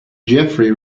jeffery